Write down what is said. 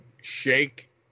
shake